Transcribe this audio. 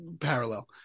parallel